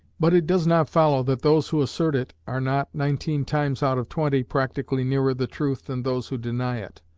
but it does not follow that those who assert it are not, nineteen times out of twenty, practically nearer the truth than those who deny it.